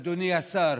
אדוני השר,